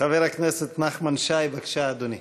חבר הכנסת נחמן שי, בבקשה, אדוני.